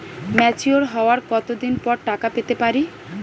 Mature হওয়ার কত দিন পর টাকা পেতে পারি?